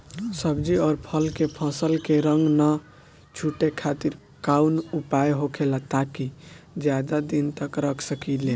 सब्जी और फल के फसल के रंग न छुटे खातिर काउन उपाय होखेला ताकि ज्यादा दिन तक रख सकिले?